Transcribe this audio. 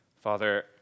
Father